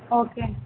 okay అండి